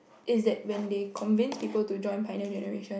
is that when they convince people to join pioneer-generation